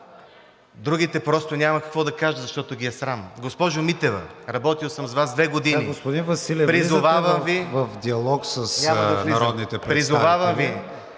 Другите просто нямат какво да кажат, защото ги е срам. Госпожо Митева, работил съм с Вас две години, призовавам Ви...